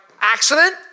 accident